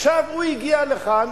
עכשיו, הוא הגיע לכאן